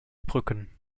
brücken